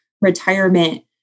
retirement